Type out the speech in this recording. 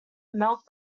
milk